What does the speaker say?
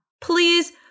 Please